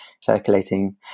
circulating